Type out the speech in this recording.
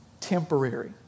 temporary